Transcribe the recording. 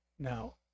now